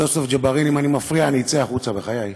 יוסף ג'בארין, אם אני מפריע אני אצא החוצה, בחיי.